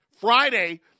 friday